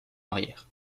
arrière